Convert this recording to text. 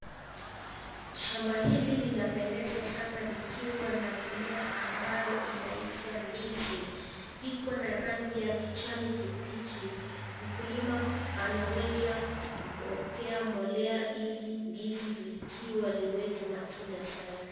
Shamba hili linapendeza Sana likiwa na mimea ambayo inaitwa ndizi, iko na rangi ya kijani kibichi. Mkulima anaweza kupokea mbolea ili ndizi likiwa liweke matunda safi.